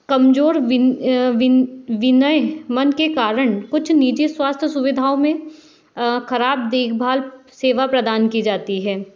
कमजोर विनयमन के कारण कुछ निजी स्वास्थ्य सुविधाओं में खराब देखभाल सेवा प्रदान की जाती है